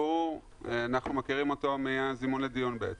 אנחנו מכירים אותו מהזימון לדיון, בעצם.